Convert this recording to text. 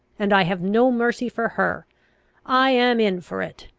and i have no mercy for her i am in for it!